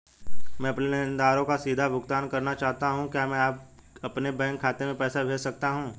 मैं अपने लेनदारों को सीधे भुगतान करना चाहता हूँ क्या मैं अपने बैंक खाते में पैसा भेज सकता हूँ?